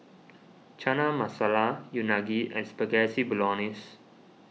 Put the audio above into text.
Chana Masala Unagi and Spaghetti Bolognese